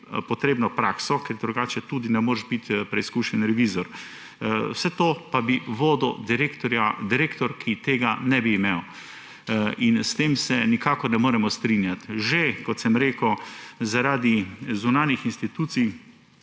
potrebno prakso, ker drugače tudi ne moreš biri preizkušen revizor, vse to pa bi vodil direktor, ki tega ne bi imel. S tem se nikakor ne moremo strinjati. Kot sem rekel, že zaradi zunanjih institucij,